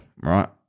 right